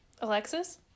Alexis